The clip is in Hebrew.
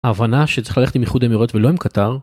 ההבנה שצריך ללכת עם איחוד אמירות ולא עם קטאר.